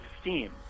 steam